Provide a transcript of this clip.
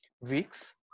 weeks